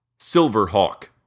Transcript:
Silverhawk